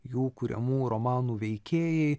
jų kuriamų romanų veikėjai